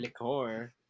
liqueur